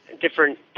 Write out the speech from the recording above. different